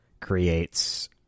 creates